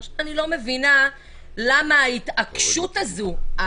אני לא מבינה למה ההתעקשות הזאת.